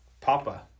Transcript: Papa